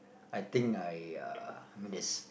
I think I uh I mean it's